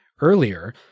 earlier